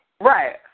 Right